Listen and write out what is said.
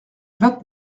vingt